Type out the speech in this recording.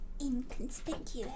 inconspicuous